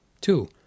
Two